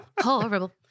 Horrible